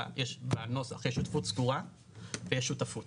בנוסח יש שותפות סגורה ויש שותפות.